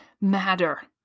matter